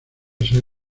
ser